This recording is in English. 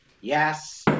Yes